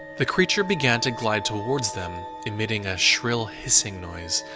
the creature began to glide towards them, emitting a shrill hissing noise,